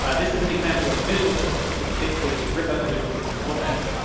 ah this is an example of the visual systems. we can basically just rip out the visual system and look at it.